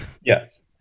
Yes